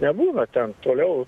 nebūna ten toliau